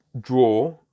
Draw